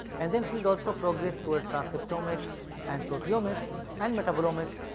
and then field also progressed toward transcriptomics and proteomics and metabolomics,